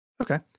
Okay